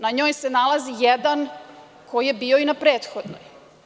Na njoj se nalazi jedan koji je bio i na prethodnoj.